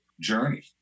journey